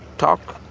talk.